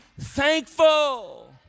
thankful